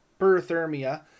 hyperthermia